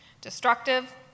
destructive